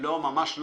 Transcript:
לא, ממש לא.